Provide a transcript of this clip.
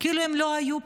כאילו הם לא היו פה,